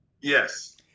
yes